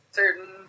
certain